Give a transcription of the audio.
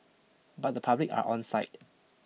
but the public are on side